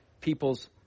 people's